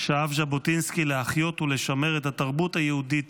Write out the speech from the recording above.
שאף ז'בוטינסקי להחיות ולשמר את התרבות היהודית